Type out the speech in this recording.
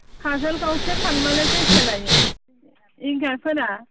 काजलगावसो थांबालाय बेसे लायो उइंगारफोरा